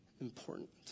important